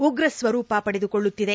ಉಗ್ರ ಸ್ವರೂಪ ಪಡೆದುಕೊಳ್ಳುತ್ತಿದೆ